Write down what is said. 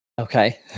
Okay